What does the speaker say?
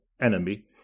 enemy